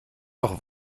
doch